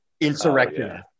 insurrection